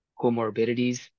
comorbidities